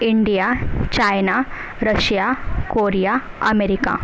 India China Russia Korea America